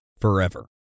forever